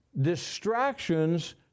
distractions